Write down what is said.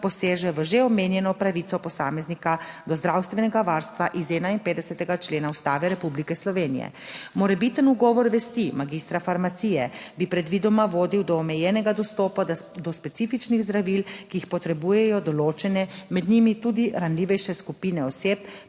poseže v že omenjeno pravico posameznika do zdravstvenega varstva iz 51. člena Ustave Republike Slovenije. Morebiten ugovor vesti magistra farmacije bi predvidoma vodil do omejenega dostopa do specifičnih zdravil, ki jih potrebujejo določene, med njimi tudi ranljivejše skupine oseb,